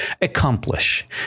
accomplish